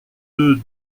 deux